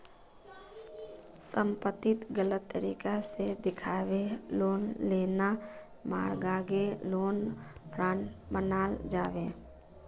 संपत्तिक गलत तरीके से दखाएँ लोन लेना मर्गागे लोन फ्रॉड मनाल जाबे